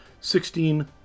sixteen